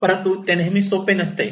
परंतु ते नेहमी सोपे नसते